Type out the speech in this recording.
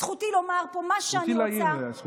זכותי לומר פה מה שאני רוצה.